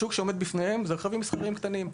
השוק שעומד בפניהם זה רכבים מסחריים קטנים,